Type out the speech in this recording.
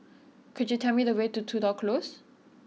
could you tell me the way to Tudor Close